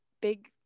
big